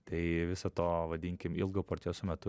tai viso to vadinkim ilgo proceso metu